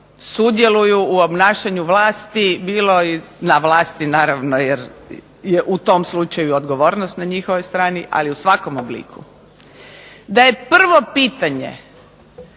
sudjeluju u obnašanju vlasti bilo na vlasti naravno, jer je u tom slučaju odgovornost na njihovoj strani ali u svakom obliku, da je prvo pitanje